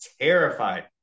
terrified